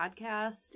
podcast